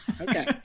Okay